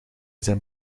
zijn